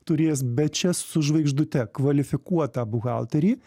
turės bet čia su žvaigždute kvalifikuotą buhalterį